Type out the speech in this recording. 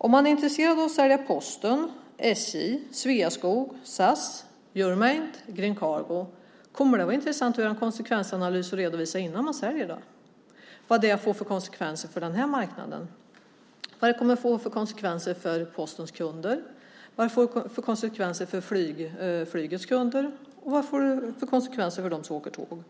Om man är intresserad av att sälja Posten, SJ, Sveaskog, SAS, Euromaint och Green Cargo kommer det då att vara intressant att göra en konsekvensanalys och innan man säljer redovisa vilka konsekvenser det får för marknaden, vilka konsekvenser det får för Postens kunder, vilka konsekvenser det får för flygets kunder och vilka konsekvenser det får för dem som åker tåg?